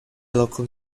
local